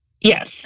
yes